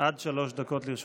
עד שלוש דקות לרשותך.